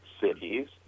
cities